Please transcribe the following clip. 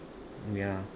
yeah